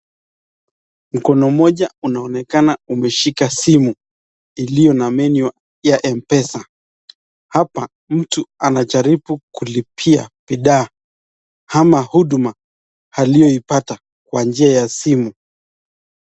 Mkono mmoja unaonekana umeshika simu iliyo na menu ya mpesa . Hapa mtu anajaribu kulipia bidhaa ama huduma alyoipata kwa njia simu.